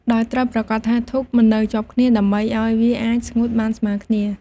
ដោយត្រូវប្រាកដថាធូបមិននៅជាប់គ្នា ដើម្បីឱ្យវាអាចស្ងួតបានស្មើគ្នា។